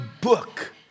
book